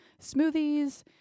Smoothies